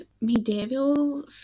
medieval